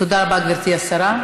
תודה רבה, גברתי השרה.